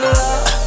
love